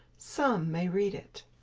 some may read it.